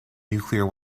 nuclear